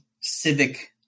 civic